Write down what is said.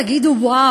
תגידו: וואו,